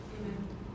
Amen